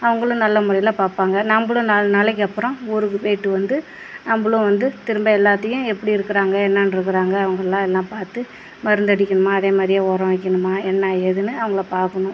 அவங்களும் நல்ல முறையில் பார்ப்பாங்க நம்மளும் நாலு நாளைக்கு அப்புறோம் ஊருக்கு போயிட்டு வந்து நம்மளும் வந்து திரும்ப எல்லாத்தையும் எப்படி இருக்கிறாங்க என்னான்ருக்கறாங்க அவங்கள்லாம் எல்லாம் பார்த்து மருந்து அடிக்கணுமா அதே மாதிரியே உரம் வைக்கணுமா என்ன ஏதுன்னு அவங்கள பார்க்கணும்